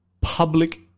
public